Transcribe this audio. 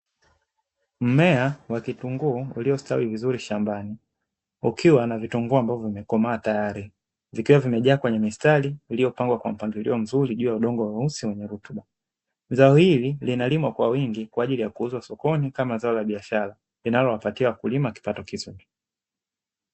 Mmea wa kitunguu uliostawi vizuri shambani, ukiwa na vitunguu ambavyo vimekomaa, tayari vikiwa vimejaa kwenye mistari iliyopangwa kwa mpangilio mzuri juu ya udongo mweusi wenye rutuba, zao hili linalimwa kwa wingi kwa ajili ya kuuzwa sokoni kama zao la biashara, linalowapatia wakulima kipato kizuri.